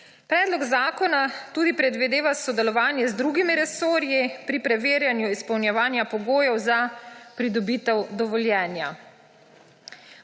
Predlog zakona predvideva tudi sodelovanje z drugimi resorji pri preverjanju izpolnjevanja pogojev za pridobitev dovoljenja.